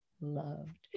loved